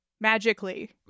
Magically